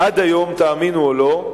עד היום, תאמינו או לא,